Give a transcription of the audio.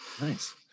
Nice